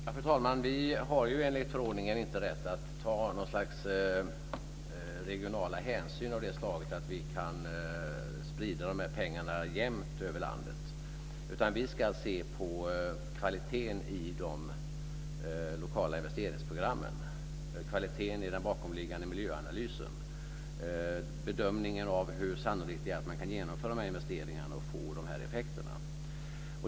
Fru talman! Vi har enligt förordningen inte rätt att ta något slags regionala hänsyn av det slaget att vi kan sprida pengarna jämnt över landet, utan vi ska se på kvaliteten i de lokala investeringsprogrammen, kvaliteten i den bakomliggande miljöanalysen, bedömningen av hur sannolikt det är att man kan genomföra dessa investeringar och få de här effekterna.